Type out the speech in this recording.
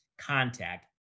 contact